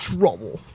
Trouble